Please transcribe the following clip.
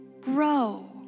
grow